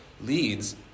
leads